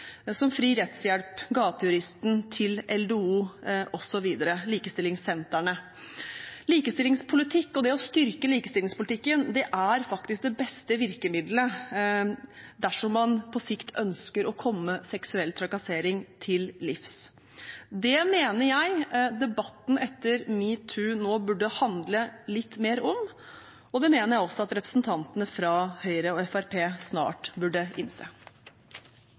som Fri rettshjelp, Gatejuristen, LDO, likestillingssentrene osv. Likestillingspolitikk og det å styrke likestillingspolitikken er faktisk det beste virkemiddelet dersom man på sikt ønsker å komme seksuell trakassering til livs. Det mener jeg debatten etter #metoo nå burde handle litt mer om, og det mener jeg også at representantene fra Høyre og Fremskrittspartiet snart burde innse.